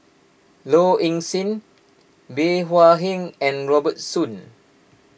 Low Ing Sing Bey Hua Heng and Robert Soon